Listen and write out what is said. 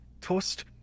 Toast